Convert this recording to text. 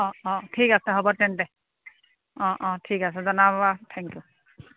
অ অ ঠিক আছে হ'ব তেন্তে অ অ ঠিক আছে জনাব বাৰু থেংকিউ